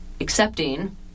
accepting